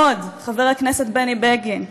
מאוד, חבר הכנסת בני בגין.